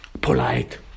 polite